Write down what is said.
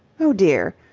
oh dear!